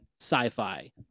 sci-fi